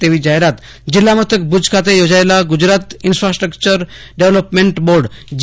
તેવો જાહેરાત જિલ્લા મથક ભુજ ખાતે યોજાયેલી Gujarat infrastructure development board જી